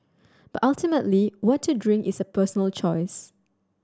but ultimately what to drink is a personal choice